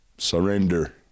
Surrender